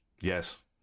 Yes